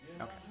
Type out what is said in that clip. Okay